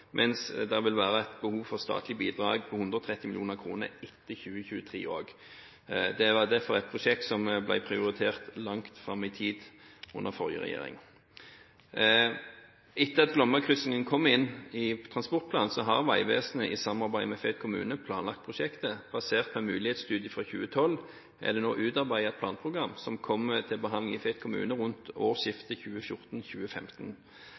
mens det vil være et behov for statlig bidrag på 130 mill. kr etter 2023 også. Det var derfor et prosjekt som ble prioritert langt fram i tid under forrige regjering. Etter at Glomma-kryssingen kom inn i transportplanen, har Vegvesenet i samarbeid med Fet kommune planlagt prosjektet. Basert på en mulighetsstudie fra 2012 er det nå utarbeidet et planprogram som kommer til behandling i Fet kommune rundt